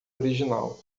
original